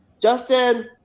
Justin